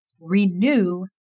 renew